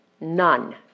None